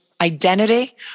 identity